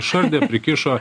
išardė prikišo